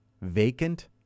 Vacant